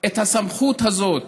את הסמכות הזאת